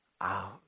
out